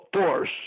force